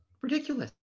ridiculous